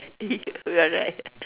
if we're like